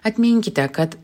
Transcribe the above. atminkite kad